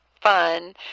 fun